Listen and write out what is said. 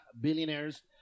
billionaires –